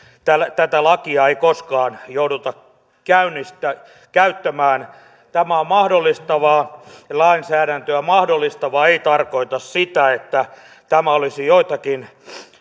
tätä lakia ei koskaan jouduta käyttämään tämä on mahdollistavaa lainsäädäntöä mahdollistava ei tarkoita sitä että tämä olisi joitakin